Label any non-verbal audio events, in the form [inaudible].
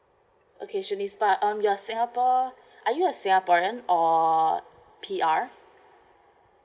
okay shanice but um you are singapore [breath] are you a singaporean or P_R